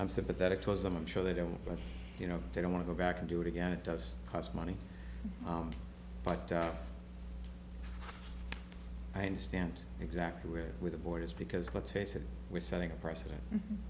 i'm sympathetic towards them i'm sure they don't but you know they don't want to go back and do it again it does cost money but i understand exactly where where the board is because let's face it we're setting a precedent